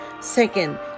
Second